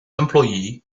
employee